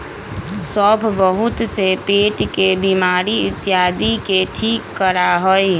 सौंफ बहुत से पेट के बीमारी इत्यादि के ठीक करा हई